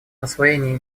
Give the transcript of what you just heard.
освоение